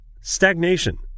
Stagnation